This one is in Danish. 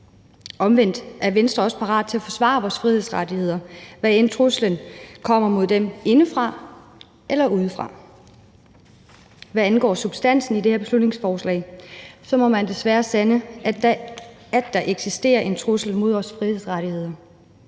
Omvendt er Venstre også parate til at forsvare vores frihedsrettigheder, hvad end truslen mod dem kommer indefra eller udefra. Hvad angår substansen i det her beslutningsforslag, må man desværre sande, at der eksisterer en trussel mod vores frihedsrettigheder,